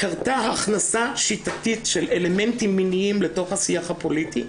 קרתה הכנסה שיטתית של אלמנטים מיניים לתוך השיח הפוליטי.